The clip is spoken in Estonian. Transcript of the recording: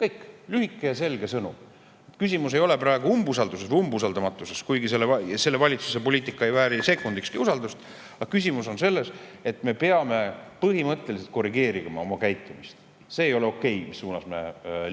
Kõik! Lühike ja selge sõnum! Küsimus ei ole praegu umbusaldamises või umbusaldamatuses, kuigi selle valitsuse poliitika ei vääri sekundikski usaldust. Küsimus on selles, et me peame põhimõtteliselt korrigeerima oma käitumist. See ei ole okei, mis suunas me